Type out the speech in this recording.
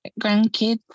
grandkids